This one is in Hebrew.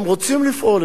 רוצים לפעול,